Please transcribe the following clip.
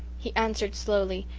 he answered slowly,